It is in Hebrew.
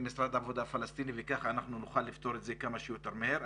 משרד העבודה הפלסטיני וככה אנחנו נוכל לפתור את זה כמה שיותר מהר.